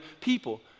people